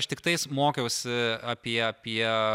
aš tiktais mokiausi apie apie